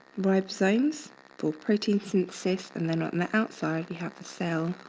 ribosomes for protein synthesis and then on the outside, you have the cell